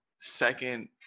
Second